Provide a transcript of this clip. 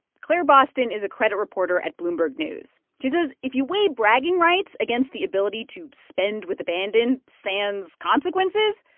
claire boston is a credit reporter at bloomberg news. she says if you weigh bragging rights against the ability to spend with abandon sans consequences,